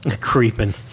Creeping